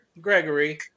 Gregory